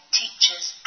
teachers